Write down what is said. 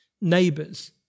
neighbours